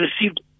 received